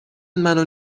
منو